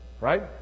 right